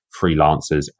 freelancers